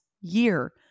year